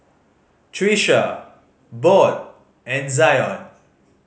Tricia Bode and Zion